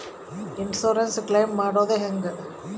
Insurance claim ಮಾಡೋದು ಹೆಂಗ?